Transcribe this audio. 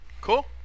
Cool